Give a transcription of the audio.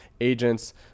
agents